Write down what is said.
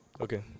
Okay